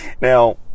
Now